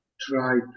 try